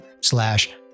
slash